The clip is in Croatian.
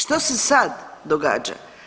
Što se sad događa?